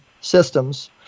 systems